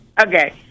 Okay